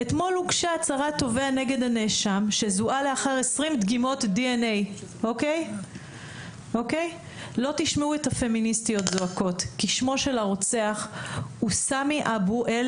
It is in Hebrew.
אתמול הוגשה הצהרת תובע נגד הנאשם שזוהה לאחר 20 דגימות DNA. לא תשמעו את הפמיניסטיות זועקות כי שמו של הרוצח הוא סמי אבו אל